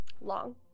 long